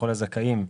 לכל הזכאים,